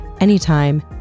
anytime